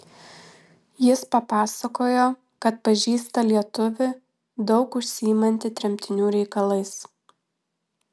jis papasakojo kad pažįsta lietuvį daug užsiimantį tremtinių reikalais